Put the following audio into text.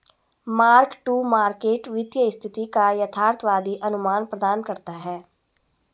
mark to market वित्तीय स्थिति का यथार्थवादी अनुमान प्रदान करता है